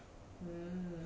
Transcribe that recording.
um mm